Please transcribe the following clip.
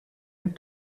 and